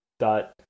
dot